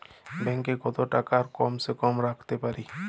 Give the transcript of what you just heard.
Bank এ কত টাকা কম সে কম রাখতে পারি?